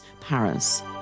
Paris